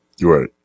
Right